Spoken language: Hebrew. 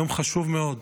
יום חשוב מאוד.